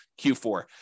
Q4